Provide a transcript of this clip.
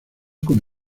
con